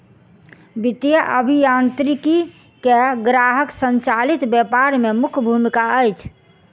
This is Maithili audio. वित्तीय अभियांत्रिकी के ग्राहक संचालित व्यापार में मुख्य भूमिका अछि